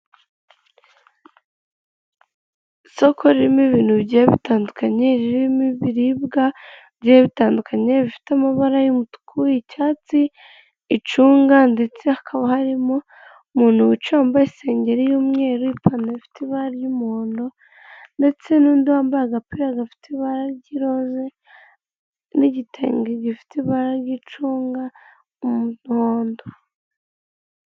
Isoko ririmo ibintu bigiye bitandukanye ririmo ibiribwa bigiye bitandukanye bifite amabara y'umutuku icyatsi icunga ndetse hakaba harimo umuntu wambaye isengeri y'umweru ipantaro fite ibara ry'umuhondo ndetse n'undi wambaye agapira gafite ibara ry'irose n'igitenge gifite ibara ry'icunga n'umuhondo .